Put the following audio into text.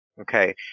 Okay